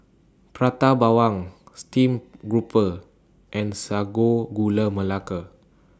Prata Bawang Steamed Grouper and Sago Gula Melaka